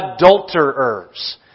adulterers